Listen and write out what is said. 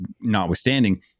notwithstanding